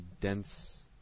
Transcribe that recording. dense